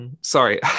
Sorry